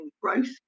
growth